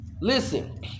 Listen